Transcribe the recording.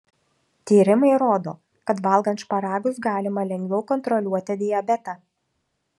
tyrimai rodo kad valgant šparagus galima lengviau kontroliuoti diabetą